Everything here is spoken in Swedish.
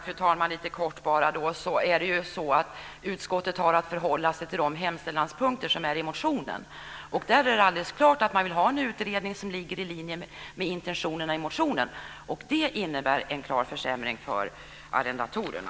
Fru talman! Helt kort vill jag säga att utskottet har att förhålla sig till de hemställanspunkter som finns i motionen. Där är det alldeles klart att man vill ha en utredning som ligger i linje med intentionerna i motionen. Det innebär en klar försämring för arrendatorerna.